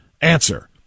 Answer